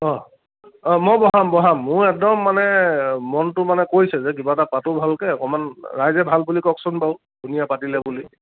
অঁ অঁ মই বহাম বহাম মোৰ একদম মানে মনটো মানে কৈছে যে কিবা এটা পাতোঁ ভালকৈ অকমান ৰাইজে ভাল বুলি কওকচোন বাৰু ধুনীয়া পাতিলে বুলি